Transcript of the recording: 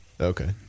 Okay